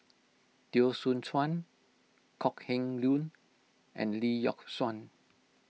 Teo Soon Chuan Kok Heng Leun and Lee Yock Suan